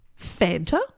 Fanta